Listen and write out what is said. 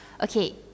okay